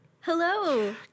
Hello